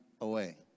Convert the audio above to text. away